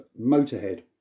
Motorhead